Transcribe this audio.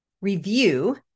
review